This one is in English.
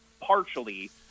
partially